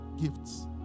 gifts